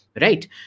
right